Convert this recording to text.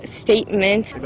Statement